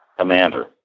commander